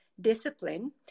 discipline